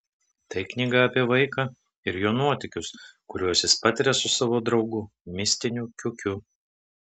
tai knyga apie vaiką ir jo nuotykius kuriuos jis patiria su savo draugu mistiniu kiukiu